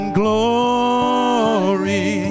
glory